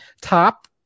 top